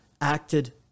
acted